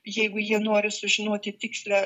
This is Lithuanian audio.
jeigu jie nori sužinoti tikslią